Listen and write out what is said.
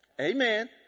Amen